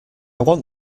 want